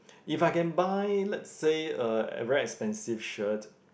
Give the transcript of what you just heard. if I can buy let's say a very expensive shirt